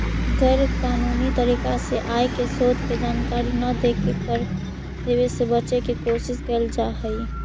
गैर कानूनी तरीका से आय के स्रोत के जानकारी न देके कर देवे से बचे के कोशिश कैल जा हई